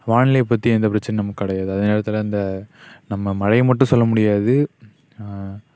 வானிலை பற்றி எந்த பிரச்சினை நமக்கு கிடையாது அதே நேரத்தில் இந்த நம்ம மழையை மட்டும் சொல்ல முடியாது